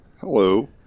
Hello